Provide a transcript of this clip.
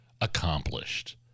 accomplished